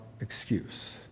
excuse